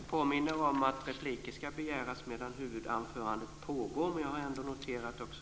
Jag påminner om att repliker skall begäras medan huvudanförandet pågår. Jag har ändå noterat också